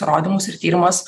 įrodymus ir tyrimas